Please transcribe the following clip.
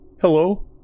Hello